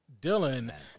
Dylan